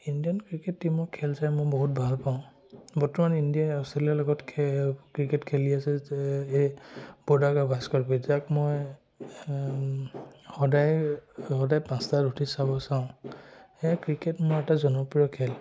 Indian cricket টীমৰ খেল চাই মই বহুত ভাল পাওঁ বৰ্তমান ইণ্ডিয়াই অষ্ট্ৰেলিয়াৰ লগত খে ক্ৰিকেট খেলি আছে যে এই যাক মই সদায় সদায় পাঁচটাত উঠি চাব চাওঁ সেয়ে ক্ৰিকেট মোৰ এটা জনপ্ৰিয় খেল